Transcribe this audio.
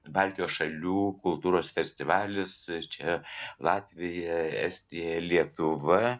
baltijos šalių kultūros festivalis čia latvija estija lietuva